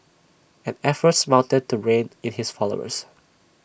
and efforts mounted to rein in his followers